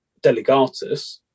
delegatus